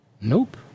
Nope